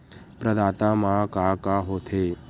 प्रदाता मा का का हो थे?